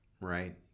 right